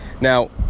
now